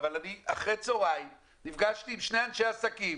אבל אחרי הצוהריים נפגשתי עם שני אנשי עסקים